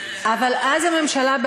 אבל אז הממשלה,